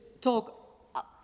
talk